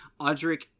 audric